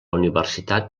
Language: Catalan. universitat